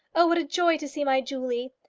oh, what a joy to see my julie!